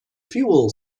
fuel